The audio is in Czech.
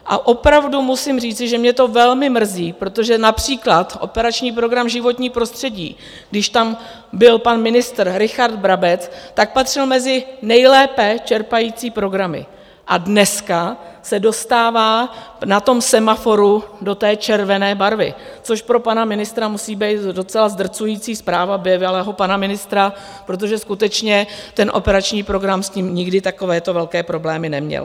A opravdu musím říci, že mě to velmi mrzí, protože například Operační program Životní prostředí, když tam byl pan ministr Richard Brabec, tak patřil mezi nejlépe čerpající programy a dneska se dostává na tom semaforu do té červené barvy, což pro pana ministra musí být docela zdrcující zpráva, bývalého pana ministra, protože skutečně ten operační program s tím nikdy takovéto velké problémy neměl.